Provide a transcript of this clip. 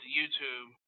YouTube